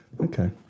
Okay